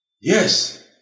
yes